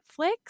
Netflix